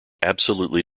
absolutely